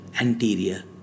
anterior